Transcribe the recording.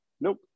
nope